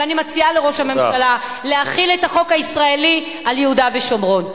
ואני מציעה לראש הממשלה להחיל את החוק הישראלי על יהודה ושומרון.